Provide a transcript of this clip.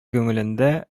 күңелендә